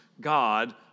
God